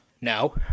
No